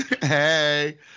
hey